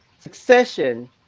Succession